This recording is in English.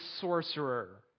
sorcerer